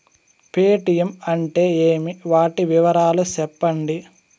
Paytm అంటే ఏమి, వాటి వివరాలు సెప్పండి?